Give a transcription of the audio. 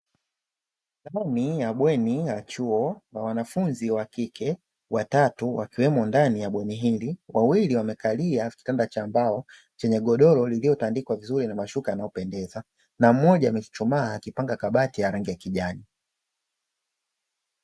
Ndani ya bweni la chuo la wanafunzi wa kike watatu wakiwemo ndani ya bweni hili. Wawili wamekalia kitanda cha mbao chenye godoro lililotandikwa vizuri na mashuka yanayopendeza, na mmoja amechuchumaa akipanga kabati ya rangi ya kijani.